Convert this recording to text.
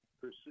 pursue